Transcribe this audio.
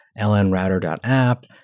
lnrouter.app